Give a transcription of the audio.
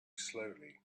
slowly